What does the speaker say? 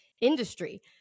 industry